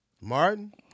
Martin